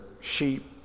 sheep